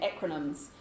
acronyms